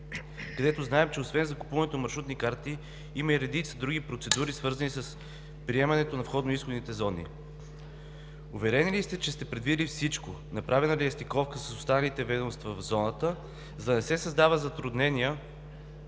където знаем, че освен закупуването на маршрутни карти, има и редица други процедури, свързани с приемането на входно-изходните зони. Уверени ли сте, че сте предвидили всичко, направена ли е стиковка с останалите ведомства в зоната, за да не създават затруднения,